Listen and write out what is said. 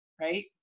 right